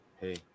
hey